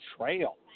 trail